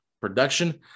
production